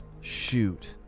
Shoot